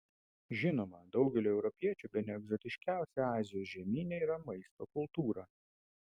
žinoma daugeliui europiečių bene egzotiškiausia azijos žemyne yra maisto kultūra